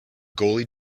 goalie